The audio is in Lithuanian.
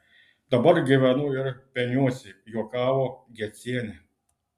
dabar gyvenu ir peniuosi juokavo gecienė